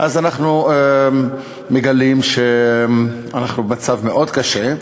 אנחנו מגלים שאנחנו במצב מאוד קשה.